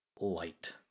light